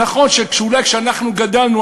נכון שאולי כשאנחנו גדלנו,